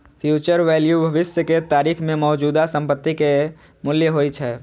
future value भविष्य के तारीख मे मौजूदा संपत्ति के मूल्य होइ छै